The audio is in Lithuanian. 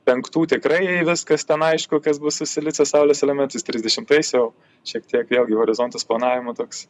penktų tikrai viskas ten aišku kas bus su silicio saulės elementais trisdešimtais jau šiek tiek vėlgi horizontas planavimo toks